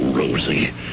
Rosie